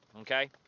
Okay